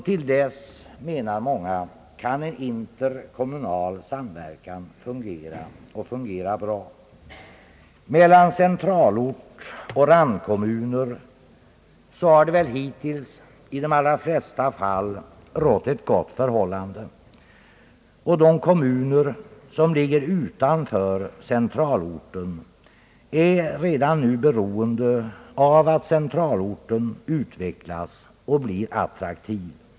Till dess, menar många, kan interkommunal samverkan fungera — och fungera bra. Mellan centralort och randkommuner har hittills rått ett gott förhållande. De kommuner som ligger utanför centralorten är redan nu beroende av att centralorten utvecklas och blir attraktiv.